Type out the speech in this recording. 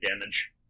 damage